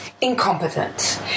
incompetent